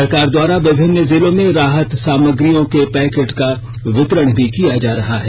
सरकार द्वारा विभिन्न जिलों में राहत सामग्रियों के पैकेट का वितरण भी किया जा रहा है